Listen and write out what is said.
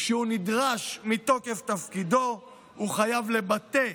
שהוא נדרש להן מתוקף תפקידו, הוא חייב לבטא